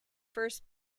first